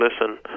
listen